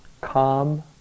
calm